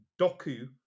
Doku